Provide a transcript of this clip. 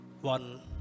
One